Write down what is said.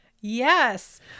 Yes